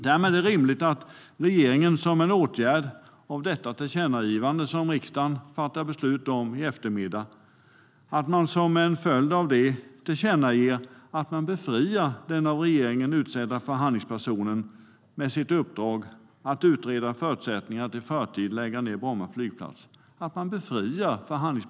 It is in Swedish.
Det är således rimligt att regeringen utifrån det tillkännagivande som riksdagen fattar beslut om i eftermiddag befriar den av regeringen utsedde förhandlingspersonen från dennes uppdrag att utreda förutsättningarna för att i förtid lägga ned Bromma flygplats. Herr talman!